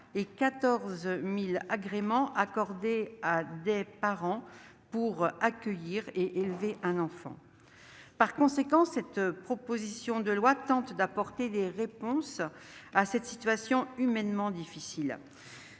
et 14 000 agréments accordés à des familles pour accueillir et élever un enfant. Par conséquent, cette proposition de loi tente d'apporter des réponses à cette situation humainement difficile.